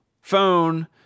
phone